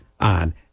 on